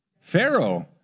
Pharaoh